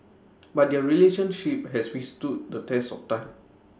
but their relationship has withstood the test of time